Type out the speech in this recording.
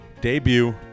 debut